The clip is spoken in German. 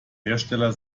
hersteller